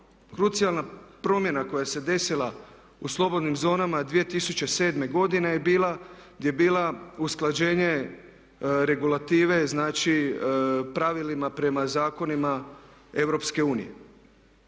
Krucijalna promjena koja se desila u slobodnim zonama 2007. godine je bila usklađenje regulative znači pravilima prema zakonima EU. Znači